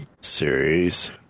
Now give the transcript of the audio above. series